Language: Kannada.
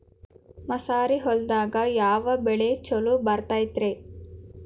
ಮಸಾರಿ ಹೊಲದಾಗ ಯಾವ ಬೆಳಿ ಛಲೋ ಬರತೈತ್ರೇ?